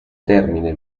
termine